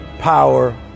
power